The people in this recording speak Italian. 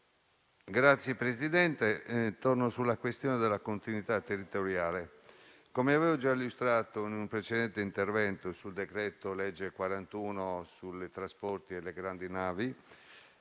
Signor Presidente, vorrei tornare sulla questione della continuità territoriale. Come avevo già illustrato in un precedente intervento sul decreto-legge n. 45 del 2021 sui trasporti e le grandi navi,